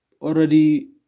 already